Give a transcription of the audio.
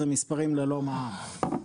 אלה מספרים ללא מע"מ,